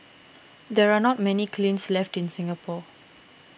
there are not many kilns left in Singapore